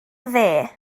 dde